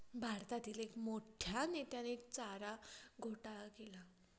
भारतातील एक मोठ्या नेत्याने चारा घोटाळा केला